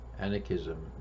Anarchism